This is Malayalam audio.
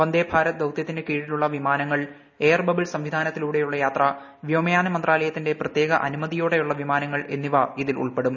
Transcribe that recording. വന്ദേ ഭാരത് ദൌതൃത്തിനു കീഴിലുള്ള വിമാനങ്ങൾ എയർ ബബിൾ സംവിധാനത്തിലൂടെയുള്ള യാത്ര വ്യോമയാന മന്ത്രാലയത്തിന്റെ പ്രത്യേക അനുമതിയോടെയുള്ള വിമാനങ്ങൾ എന്നിവ ഇതിൽ ഉൾപ്പെടും